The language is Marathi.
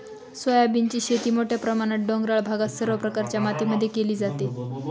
सोयाबीनची शेती मोठ्या प्रमाणात डोंगराळ भागात सर्व प्रकारच्या मातीमध्ये केली जाते